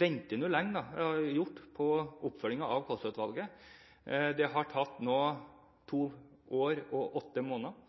ventet lenge på oppfølgingen av Kaasa-utvalget. Det har nå tatt to år og åtte måneder.